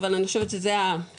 אבל אני חושבת שזה העיקר.